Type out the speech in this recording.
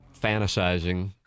fantasizing